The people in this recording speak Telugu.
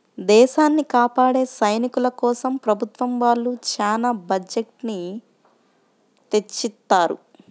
దేశాన్ని కాపాడే సైనికుల కోసం ప్రభుత్వం వాళ్ళు చానా బడ్జెట్ ని తెచ్చిత్తారు